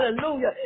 hallelujah